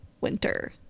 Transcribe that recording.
winter